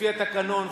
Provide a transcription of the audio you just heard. לפי התקנון,